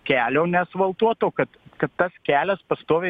kelio neasfaltuoto kad kad tas kelias pastoviai